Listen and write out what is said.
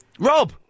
Rob